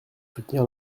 soutenir